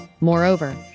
Moreover